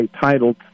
titled